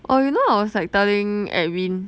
oh you know I was like telling edwin